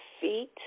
feet